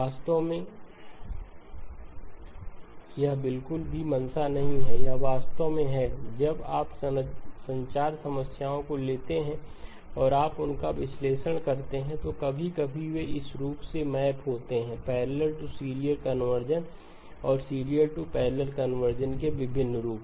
वास्तव में यह बिल्कुल भी मंशा नहीं है यह वास्तव में है जब आप संचार समस्याओं को लेते हैं और आप उनका विश्लेषण करते हैं तो कभी कभी वे इस रूप में मैप होते हैं पैरेलल टू सीरियल कन्वर्जन और सीरियल टू पैरेलल कन्वर्जन के विभिन्न रूप